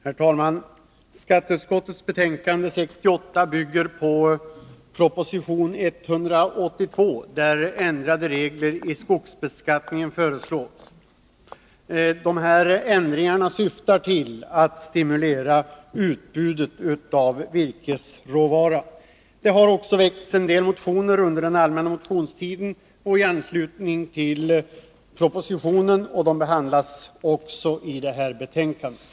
Herr talman! Skatteutskottets betänkande 68 bygger på proposition 182, där ändrade regler i skogsbeskattningen föreslås. Ändringarna syftar till att stimulera utbudet av virkesråvara. Det har också väckts en del motioner under den allmänna motionstiden och i anslutning till propositionen, och också dessa behandlas i betänkandet.